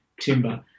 timber